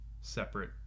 separate